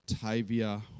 Tavia